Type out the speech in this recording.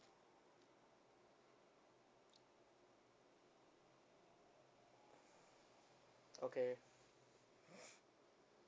okay